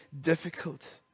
difficult